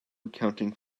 accounting